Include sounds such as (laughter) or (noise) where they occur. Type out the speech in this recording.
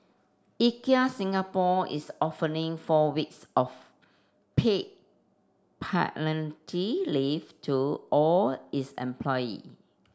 Ikea Singapore is offering four weeks of paid (unintelligible) leave to all its employee